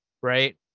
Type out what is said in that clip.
right